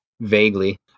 vaguely